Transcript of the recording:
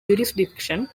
jurisdiction